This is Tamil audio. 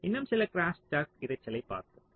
இன்னும் சில க்ரோஸ்டாக் இரைச்சலைப் பார்ப்போம்